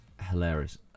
hilarious